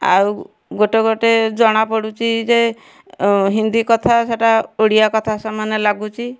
ଆଉ ଗୋଟେ ଗୋଟେ ଜଣାପଡୁଛି ଯେ ହିନ୍ଦୀ କଥା ସେଟା ଓଡ଼ିଆ କଥା ସମାନ ଲାଗୁଛି